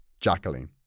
Jacqueline